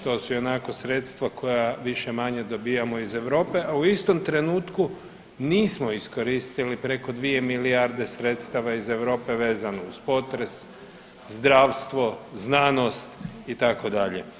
To su ionako sredstva koja više-manje dobijamo iz Europe, a u istom trenutku nismo iskoristili preko 2 milijarde sredstava iz Europe vezano uz potres, zdravstvo, znanost itd.